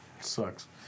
sucks